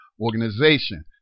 organization